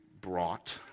brought